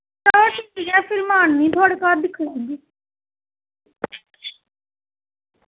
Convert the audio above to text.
ओह् अं'ऊ थुआढ़े घर दिक्खन आह्गी